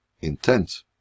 intent